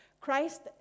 Christ